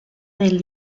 del